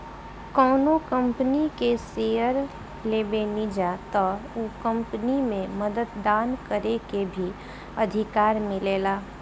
कौनो कंपनी के शेयर लेबेनिजा त ओ कंपनी में मतदान करे के भी अधिकार मिलेला